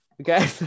okay